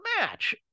match